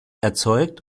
erzeugt